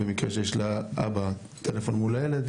במקרה שיש לאבא טלפון מול הילד,